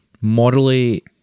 morally